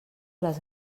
les